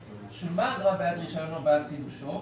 - שולמה אגרה בעד רישיון או בעד חידושו,